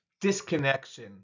disconnection